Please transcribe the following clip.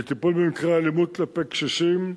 לטיפול במקרי אלימות כלפי קשישים.